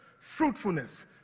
fruitfulness